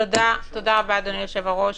תודה רבה, אדוני היושב-ראש.